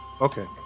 Okay